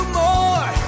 more